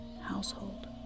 household